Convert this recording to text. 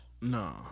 No